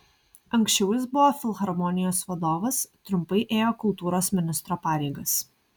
anksčiau jis buvo filharmonijos vadovas trumpai ėjo kultūros ministro pareigas